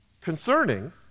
Concerning